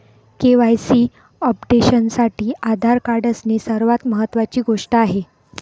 KYC अपडेशनसाठी Aadhaar card असणे सर्वात महत्वाची गोष्ट आहे